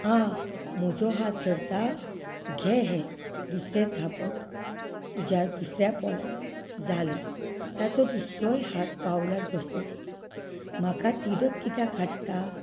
आं म्हजो हात धरता घे हें दुसरें थापट तुज्या दुसऱ्या पोल्यार जालें ताचो दुसरोय हात बावल्याक दसलो म्हाका तिडक कित्याक हाडटा